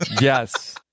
yes